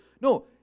No